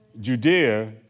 Judea